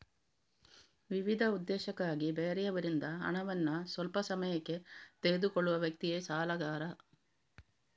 ವಿವಿಧ ಉದ್ದೇಶಕ್ಕಾಗಿ ಬೇರೆಯವರಿಂದ ಹಣವನ್ನ ಸ್ವಲ್ಪ ಸಮಯಕ್ಕೆ ತೆಗೆದುಕೊಳ್ಳುವ ವ್ಯಕ್ತಿಯೇ ಸಾಲಗಾರ